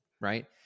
right